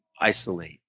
isolate